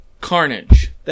Carnage